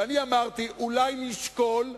ואני אמרתי: אולי נשקול?